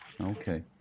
Okay